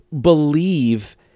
believe